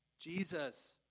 Jesus